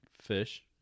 Fish